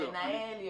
מנהל,